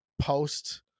post